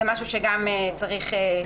זה דבר שגם צריך להבהיר.